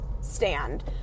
stand